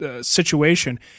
situation